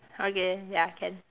okay ya can